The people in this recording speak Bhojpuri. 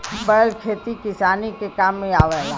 बैल खेती किसानी के काम में आवेला